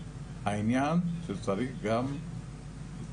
העניין הוא שצריך גם להמריץ,